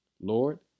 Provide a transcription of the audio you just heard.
Lord